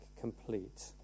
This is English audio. complete